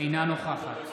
אינה נוכחת